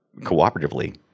cooperatively